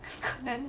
then